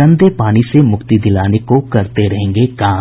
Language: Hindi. गंदे पानी से मुक्ति दिलाने को करते रहेंगे काम